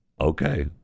Okay